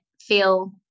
feel